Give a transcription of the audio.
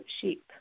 sheep